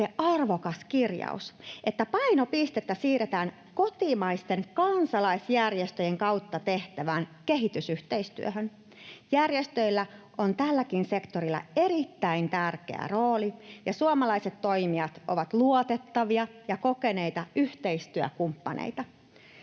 se arvokas kirjaus, että painopistettä siirretään kotimaisten kansalaisjärjestöjen kautta tehtävään kehitysyhteistyöhön. Järjestöillä on tälläkin sektorilla erittäin tärkeä rooli, ja suomalaiset toimijat ovat luotettavia ja kokeneita yhteistyökumppaneita.